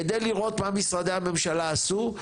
כדי לראות מה משרדי הממשלה עשו,